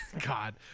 God